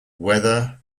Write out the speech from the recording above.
weather